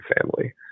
family